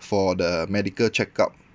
for the medical check-up